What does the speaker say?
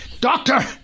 doctor